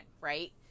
right